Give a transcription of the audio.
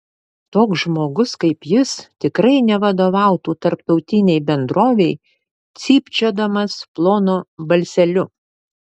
toks žmogus kaip jis tikrai nevadovautų tarptautinei bendrovei cypčiodamas plonu balseliu